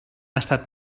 estat